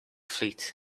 fleet